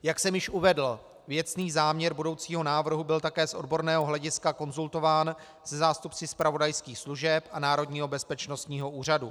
Jak jsem již uvedl, věcný záměr budoucího návrhu byl také z odborného hlediska konzultován se zástupci zpravodajských služeb a Národního bezpečnostního úřadu.